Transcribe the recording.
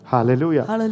Hallelujah